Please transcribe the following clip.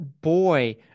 boy